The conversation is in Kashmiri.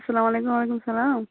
سلام علیکُم وعلیکُم سَلام